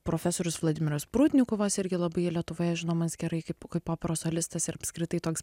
profesorius vladimiras prudnikovas irgi labai lietuvoje žinomas gerai kaip operos solistas ir apskritai toks